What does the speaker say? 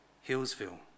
Hillsville